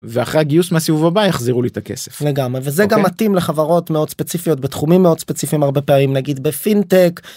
ואחרי הגיוס מהסיבוב הבא יחזירו לי את הכסף לגמרי זה גם מתאים לחברות מאוד ספציפיות בתחומים מאוד ספציפים הרבה פעמים נגיד בפינטק.